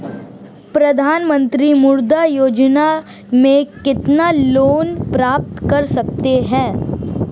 प्रधानमंत्री मुद्रा योजना में कितना लोंन प्राप्त कर सकते हैं?